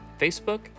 Facebook